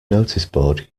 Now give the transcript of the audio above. noticeboard